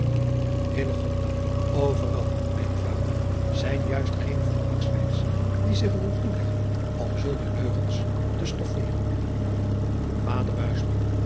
veral mijn vader zijn juist geene die zich er op toeleggen om zulke leugens te stofferen ader